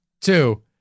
Two